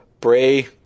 Bray